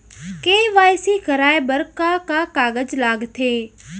KYC कराये बर का का कागज लागथे?